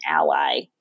ally